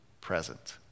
present